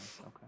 okay